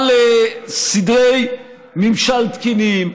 על סדרי ממשל תקינים,